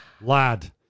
Lad